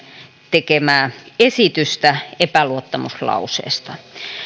tekemää esitystä epäluottamuslauseesta